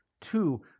Two